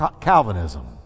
Calvinism